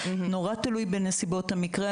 נורא תלוי בנסיבות המקרה,